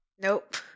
nope